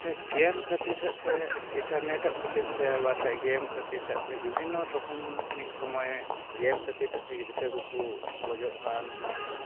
ᱥᱮ ᱜᱮᱢ ᱠᱷᱟᱹᱛᱤᱨᱟᱜᱛᱮ ᱤᱱᱴᱟᱨᱱᱮᱴᱟᱜ ᱯᱚᱨᱤᱥᱮᱵᱟ ᱜᱮᱢ ᱠᱷᱟᱹᱛᱤᱨᱟᱜᱛᱮ ᱵᱤᱵᱷᱤᱱᱱᱚ ᱨᱚᱠᱚᱢ ᱢᱤᱫᱥᱚᱢᱚᱭ ᱜᱮᱢ ᱠᱷᱟᱹᱛᱤᱨᱟᱜᱛᱮ ᱜᱤᱫᱽᱨᱟᱹᱠᱚᱠᱚ ᱜᱚᱡᱚᱜᱠᱟᱱ ᱛᱮᱦᱮᱸᱜᱼᱟ